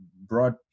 broad